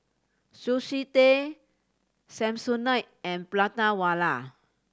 Sushi Tei Samsonite and Prata Wala